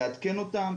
לעדכן אותם.